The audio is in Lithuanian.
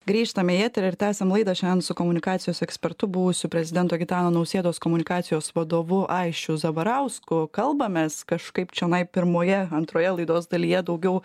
grįžtame į eterį ir tęsiam laidą šiandien su komunikacijos ekspertu buvusiu prezidento gitano nausėdos komunikacijos vadovu aisčiu zabarausku kalbamės kažkaip čionai pirmoje antroje laidos dalyje daugiau